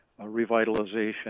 revitalization